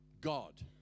God